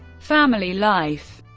family life